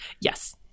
Yes